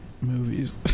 movies